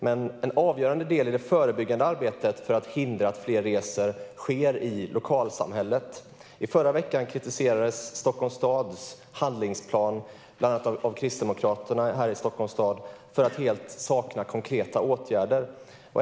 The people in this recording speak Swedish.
Men en avgörande del i det förebyggande arbetet för att hindra att fler reser sker i lokalsamhället. I förra veckan kritiserades Stockholms stads handlingsplan av bland annat Kristdemokraterna här i Stockholms stad för att helt sakna konkreta åtgärder.